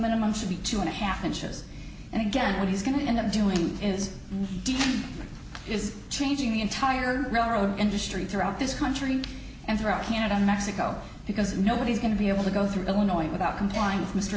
minimum should be two and a half inches and again he's going to end up doing is is changing the entire railroad industry throughout this country and throughout canada and mexico because nobody's going to be able to go through illinois without complying with mr